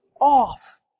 off